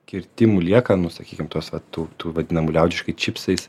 kirtimų liekanų sakykim tuos vat tų tų vadinamų liaudiškai čipsais